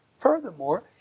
Furthermore